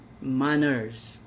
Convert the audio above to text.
manners